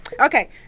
Okay